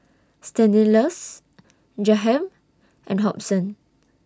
Stanislaus Jahiem and Hobson